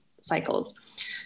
cycles